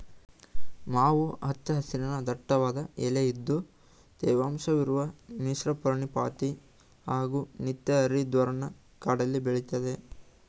ಮಾವು ಹಚ್ಚ ಹಸಿರಿನ ದಟ್ಟವಾದ ಎಲೆಇದ್ದು ತೇವಾಂಶವಿರುವ ಮಿಶ್ರಪರ್ಣಪಾತಿ ಹಾಗೂ ನಿತ್ಯಹರಿದ್ವರ್ಣ ಕಾಡಲ್ಲಿ ಬೆಳೆತದೆ